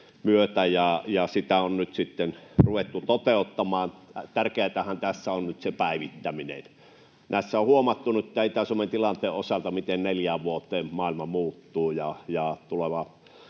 myötä, ja sitä on nyt sitten ruvettu toteuttamaan. Tärkeätähän tässä on nyt se päivittäminen. Näissä on huomattu nyt tämän Itä-Suomen tilanteen osalta, miten neljässä vuodessa maailma muuttuu, ja tulevan